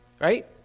right